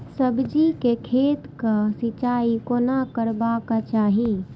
सब्जी के खेतक सिंचाई कोना करबाक चाहि?